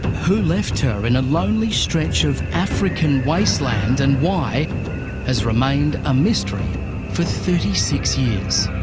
who left her in a lonely stretch of african wasteland and why has remained a mystery for thirty six years.